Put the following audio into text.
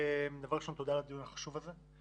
ראשית, תודה על הדיון החשוב הזה.